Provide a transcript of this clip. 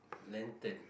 lantern